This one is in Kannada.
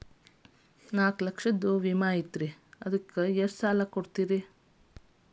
ನಾಲ್ಕು ಲಕ್ಷದ ವಿಮೆ ಐತ್ರಿ ಎಷ್ಟ ಸಾಲ ಕೊಡ್ತೇರಿ?